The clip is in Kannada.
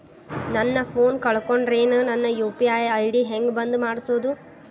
ನನ್ನ ಫೋನ್ ಕಳಕೊಂಡೆನ್ರೇ ನನ್ ಯು.ಪಿ.ಐ ಐ.ಡಿ ಹೆಂಗ್ ಬಂದ್ ಮಾಡ್ಸೋದು?